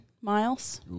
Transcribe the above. miles